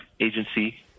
agency